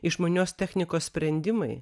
išmanios technikos sprendimai